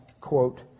quote